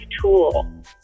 tool